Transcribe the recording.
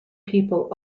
people